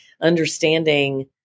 understanding